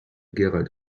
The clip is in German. gerald